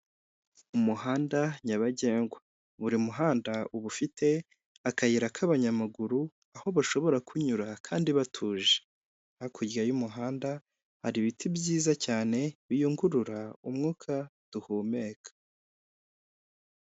Umuhanda nyabagendwa, buri muhanda uba ufite akayira k'abanyamaguru aho bashobora kunyura kandi batuje. Hakurya y'umuhanda hari ibiti byiza cyane biyungurura umwuka duhumeka.